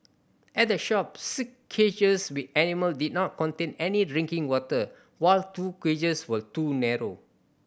at the shop six cages with animal did not contain any drinking water while two cages were too narrow